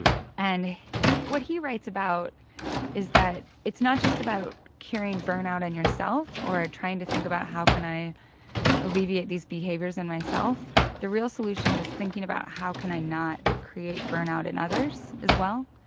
and what he writes about is that it's not just about curing burnout in yourself or trying to think about, how can i alleviate these behaviors in myself? the real solution is thinking about, how can i not create burnout in others as well?